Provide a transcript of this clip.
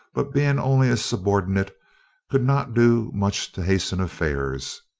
but being only a subordinate could not do much to hasten affairs.